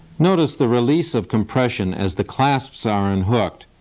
notice the release of compression as the clasps are unhooked,